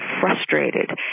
frustrated